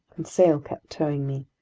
conseil kept towing me.